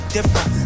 Different